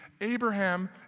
Abraham